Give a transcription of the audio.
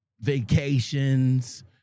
vacations